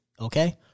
Okay